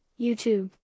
YouTube